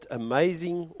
amazing